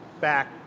back